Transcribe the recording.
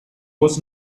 was